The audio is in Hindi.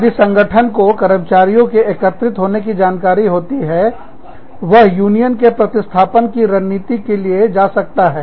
यदि संगठन को कर्मचारियों के एकत्रित होने जानकारी होती है वह यूनियन के प्रतिस्थापन की रणनीति के लिए जा सकता है